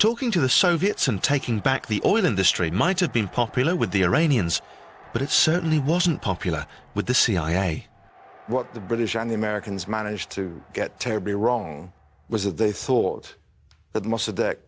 talking to the soviets and taking back the oil industry might have been popular with the iranians but it certainly wasn't popular with the cia what the british and the americans managed to get terribly wrong was that they thought that most of that